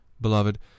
Beloved